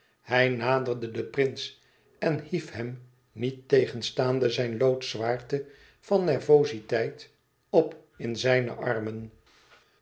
hij naderde den prins en hief hem niettegenstaande zijne loodzwaarte van nervoziteit op in zijne armen